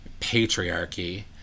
patriarchy